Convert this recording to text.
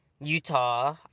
Utah